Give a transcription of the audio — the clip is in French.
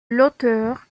l’auteur